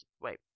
Wait